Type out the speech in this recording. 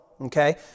Okay